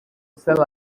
cel